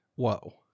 Whoa